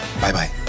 Bye-bye